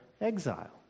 exile